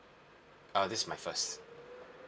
uh this is my first